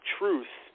truth